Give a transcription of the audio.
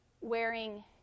wearing